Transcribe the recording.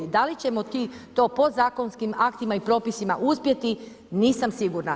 Da li ćemo to podzakonskim aktima i propisima uspjeti, nisam sigurna.